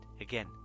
again